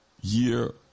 year